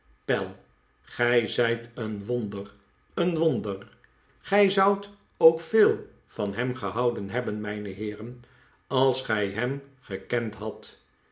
peli gij zijt een wonder een wonder gij zoudt ook veel van hem gehouden hebben mijne heeren als gij hem gekend hadt